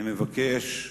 אני מבקש,